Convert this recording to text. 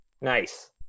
Nice